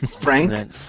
Frank